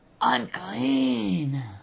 unclean